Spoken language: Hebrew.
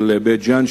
של בית-ג'ן,